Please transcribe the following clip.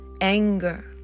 anger